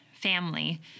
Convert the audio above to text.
family